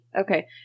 Okay